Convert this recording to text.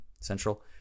Central